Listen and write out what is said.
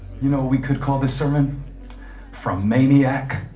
you know we could call this sermon from maniac